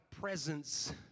presence